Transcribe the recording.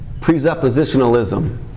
Presuppositionalism